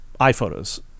iPhoto's